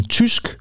tysk